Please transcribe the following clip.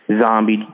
zombie